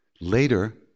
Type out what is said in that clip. Later